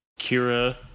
Kira